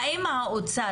האם האוצר